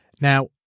Now